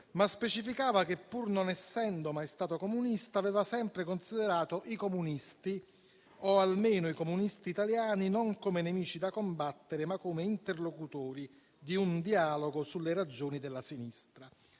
ma specificava che, pur non essendo mai stato comunista, aveva sempre considerato i comunisti - o almeno i comunisti italiani - non come nemici da combattere, ma come interlocutori di un dialogo sulle ragioni della sinistra.